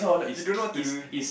you don't know what to do